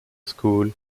school